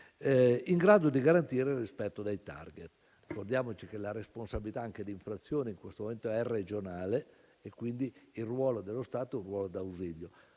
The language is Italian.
in grado di garantire il rispetto dei *target.* Ricordiamoci che anche la responsabilità d'infrazione in questo momento è regionale, quindi il ruolo dello Stato è d'ausilio,